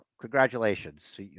congratulations